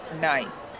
nice